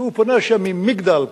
הוא פונה שם ממגדל,